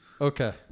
okay